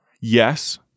Yes